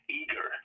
eager